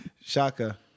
Shaka